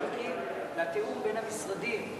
מחכים לתיאום בין המשרדים.